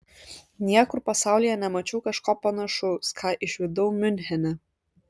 niekur pasaulyje nemačiau kažko panašaus ką išvydau miunchene